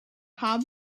pub